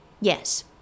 Yes